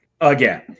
again